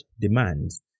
demands